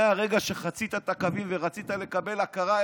מהרגע שחצית את הקווים ורצית לקבל הכרה,